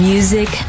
Music